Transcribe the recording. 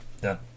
done